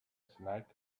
snack